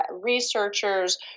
researchers